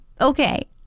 Okay